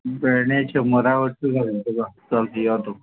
भेंडे शंबराक अठरा घालूया तुका चल दी योतो